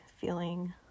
feeling